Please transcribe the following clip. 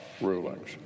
rulings